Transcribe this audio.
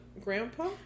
grandpa